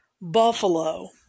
Buffalo